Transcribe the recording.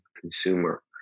consumer